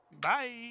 bye